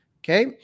Okay